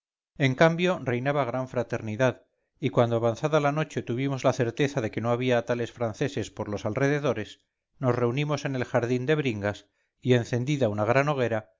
en cambio reinaba gran fraternidad y cuando avanzada la noche tuvimos la certeza de que no había tales franceses por los alrededores nos reunimos en el jardín de bringas y encendida una gran hoguera